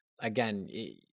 again